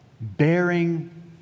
bearing